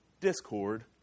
discord